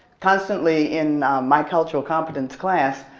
constantly in my cultural competence class,